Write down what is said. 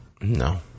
no